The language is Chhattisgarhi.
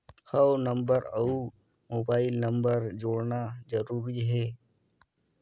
हव नंबर अउ मोबाइल नंबर जोड़ना जरूरी हे?